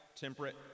temperate